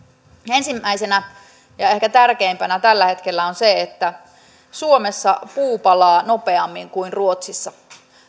ensimmäisenä ja ehkä tärkeimpänä tällä hetkellä on se että suomessa puu palaa nopeammin kuin ruotsissa